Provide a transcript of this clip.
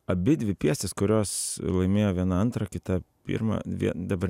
abidvi pjesės kurios laimėjo viena antrą kita pirmą dabar